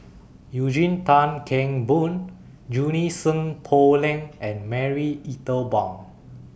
Eugene Tan Kheng Boon Junie Sng Poh Leng and Marie Ethel Bong